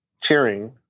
cheering